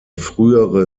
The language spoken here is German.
frühere